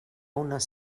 unes